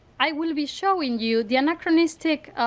i will be showing you the anachronistic